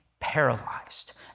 paralyzed